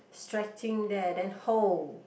stretching there then hold